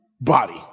body